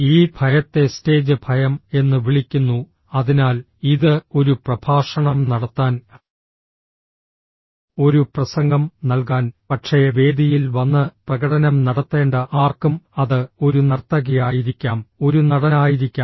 ഈ ഭയത്തെ സ്റ്റേജ് ഭയം എന്ന് വിളിക്കുന്നു അതിനാൽ ഇത് ഒരു പ്രഭാഷണം നടത്താൻ ഒരു പ്രസംഗം നൽകാൻ പക്ഷേ വേദിയിൽ വന്ന് പ്രകടനം നടത്തേണ്ട ആർക്കും അത് ഒരു നർത്തകിയായിരിക്കാം ഒരു നടനായിരിക്കാം